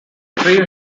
three